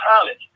college